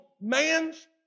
man's